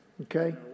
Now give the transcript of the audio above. okay